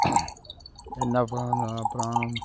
என்ன பண்ணணும் அப்பறம்